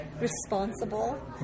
responsible